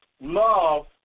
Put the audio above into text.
love